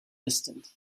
distant